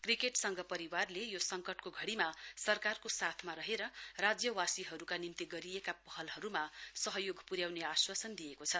cricket संघ परिवारले यो संकटको घड़ीमा सरकारके साथमा रहेर राज्यवासीहरुका निम्ति गरिएका पहलहरुमा सहयोग पुर्याउने आश्वासन दिएको छ